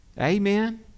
Amen